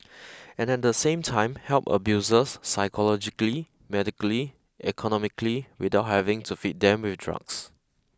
and at the same time help abusers psychologically medically economically without having to feed them with drugs